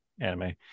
anime